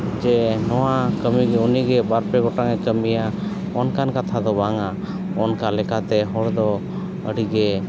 ᱡᱮ ᱱᱚᱣᱟ ᱠᱟᱹᱢᱤ ᱫᱚ ᱩᱱᱤ ᱜᱮ ᱵᱟᱨᱯᱮ ᱜᱚᱴᱟᱝᱼᱮ ᱠᱟᱹᱢᱤᱭᱟ ᱚᱱᱠᱟᱱ ᱠᱟᱛᱷᱟ ᱫᱚ ᱵᱟᱝᱼᱟ ᱚᱱᱠᱟ ᱞᱮᱠᱟᱛᱮ ᱦᱚᱲᱫᱚ ᱟᱹᱰᱤ ᱜᱮ